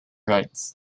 rights